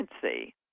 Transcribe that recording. currency